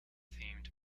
themed